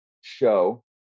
show